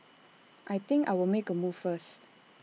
I think I'll make A move first